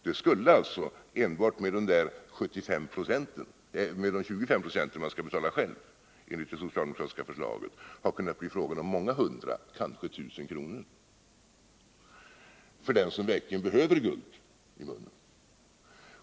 Det skulle också, enbart med de 25 90 man skall betala själv enligt det socialdemokratiska förslaget, ha kunnat bli fråga om många hundra, kanske tusen kronor för den som verkligen behöver guld i munnen.